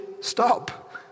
stop